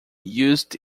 used